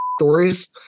stories